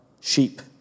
sheep